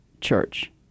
church